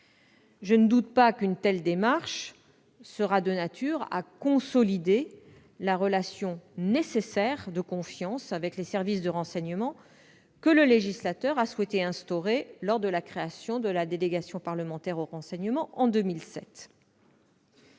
Je ne doute pas qu'une telle évolution sera de nature à consolider la relation nécessaire de confiance avec les services de renseignement, que le législateur a souhaité instaurer lors de la création de la délégation parlementaire au renseignement en 2007.